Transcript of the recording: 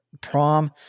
prom